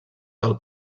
del